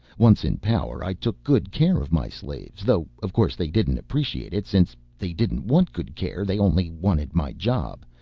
once in power i took good care of my slaves, though of course they didn't appreciate it since they didn't want good care, they only wanted my job,